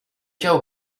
cas